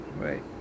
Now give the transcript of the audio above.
right